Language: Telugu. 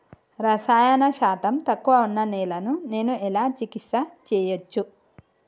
రసాయన శాతం తక్కువ ఉన్న నేలను నేను ఎలా చికిత్స చేయచ్చు?